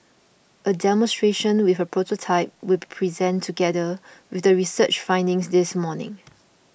a demonstration with a prototype will be presented together with the research findings this morning